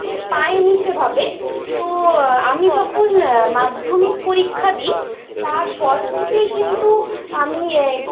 পাইনি সেভাবে তো আমি যখন মাধ্যমিক পরীক্ষা দিই তারপর থেকেই কিন্তু আমি